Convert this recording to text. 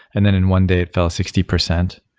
and then in one day it fell sixty percent.